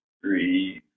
three